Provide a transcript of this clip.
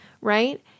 right